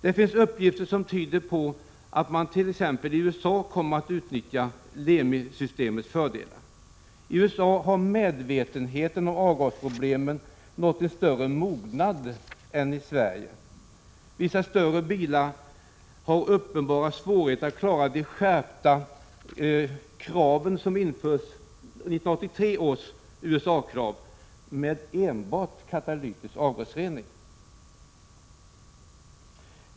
Det finns uppgifter som tyder på att man t.ex. i USA kommer att utnyttja LEMI-systemets fördelar. I USA har medvetenheten om avgasproblemen nått en större mognad än i Sverige. Vissa större bilar har uppenbara svårigheter att klara 1983 års skärpta USA-krav med enbart katalytisk avgasrening.